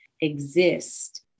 exist